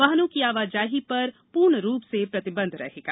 वाहनों की आवाजाही पर पूर्णरूप प्रतिबंध रहेगा